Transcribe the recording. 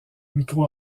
micro